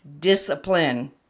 discipline